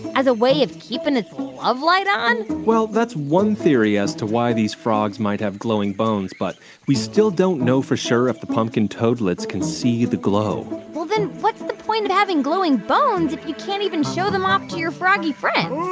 as a way of keeping its love light on? well, that's one theory as to why these frogs might have glowing bones. but we still don't know for sure if the pumpkin toadlets can see the glow well, then what's the point of having glowing bones if you can't even show them off to your froggy friends?